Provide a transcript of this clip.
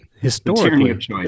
historically-